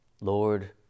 Lord